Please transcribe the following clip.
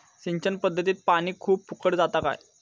सिंचन पध्दतीत पानी खूप फुकट जाता काय?